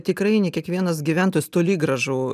tikrai ne kiekvienas gyventojas toli gražu